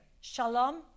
Shalom